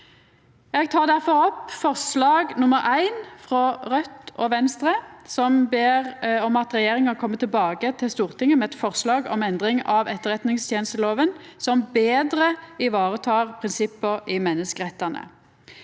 Eg tek derfor opp forslag nr. 1, frå SV, Raudt og Venstre, som ber om at regjeringa kjem tilbake til Stortinget med eit forslag om endring av etterretningstenestelova som betre varetek prinsippa i menneskerettane.